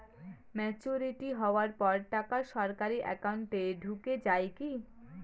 Maturity হওয়ার পর টাকা সরাসরি একাউন্ট এ ঢুকে য়ায় কি?